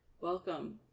Welcome